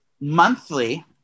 monthly